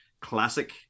classic